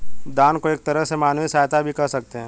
दान को एक तरह से मानवीय सहायता भी कह सकते हैं